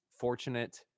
Fortunate